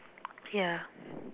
ya